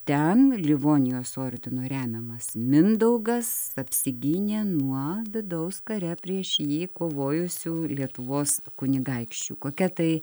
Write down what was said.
ten livonijos ordino remiamas mindaugas apsigynė nuo vidaus kare prieš jį kovojusių lietuvos kunigaikščių kokia tai